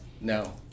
No